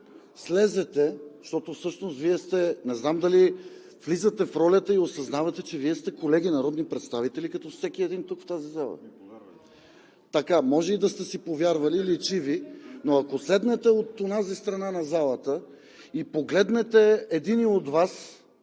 слезете, защото всъщност Вие сте – не знам дали влизате в ролята и осъзнавате, че Вие сте колеги народни представители като всеки един тук в тази зала, може и да сте си повярвали – личи Ви, но ако седнете от онази страна на залата и погледнете единия от Вас